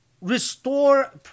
Restore